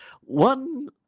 one